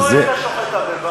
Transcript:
מה קורה אם אתה שוחט אמבה?